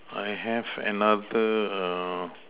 I have another err